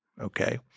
Okay